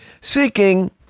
seeking